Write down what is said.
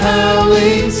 Howling